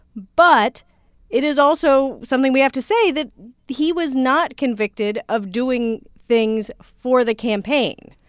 but it is also something, we have to say, that he was not convicted of doing things for the campaign.